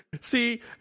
See